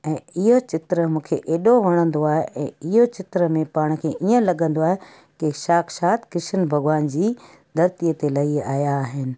ऐं इहा चित्र मूंखे एॾो वणंदो आहे इहो चित्र में पाण खे ईअं लॻंदो आहे की साक्षात कृष्ण भॻिवान जी धरतीअ ते लही आहियां आहिनि